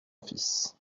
fils